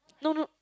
no no